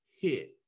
hit